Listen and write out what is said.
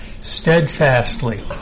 Steadfastly